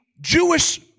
Jewish